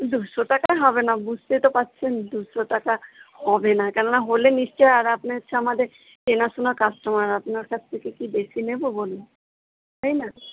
দুশো টাকায় হবে না বুঝতেই তো পারছেন দুশো টাকা হবে না কেনো না হলে নিশ্চয় আর আপনি হচ্ছে আমাদের চেনাশোনা কাস্টমার আপনার কাছ থেকে কি বেশি নেব বলুন তাই না